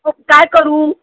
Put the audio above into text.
मग काय करू